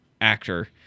actor